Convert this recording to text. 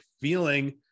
feeling